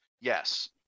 Yes